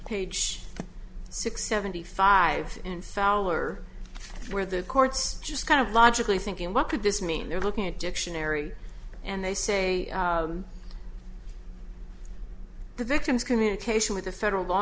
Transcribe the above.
page six seventy five in fowler where the court's just kind of logically thinking what could this mean they're looking at dictionary and they say the victim's communication with the federal law